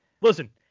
Listen